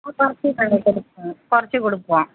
குறைச்சு கொடுப்போம்